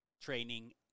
training